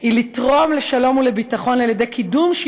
היא לתרום לשלום ולביטחון על ידי קידום של